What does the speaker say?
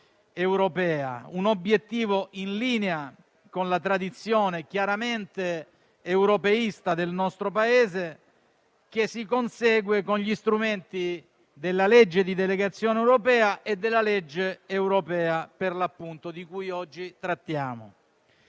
un obiettivo in linea con la tradizione chiaramente europeista del nostro Paese che si consegue con gli strumenti della legge di delegazione europea e della legge europea per l'appunto, di cui oggi trattiamo.